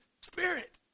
Spirit